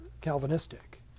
Calvinistic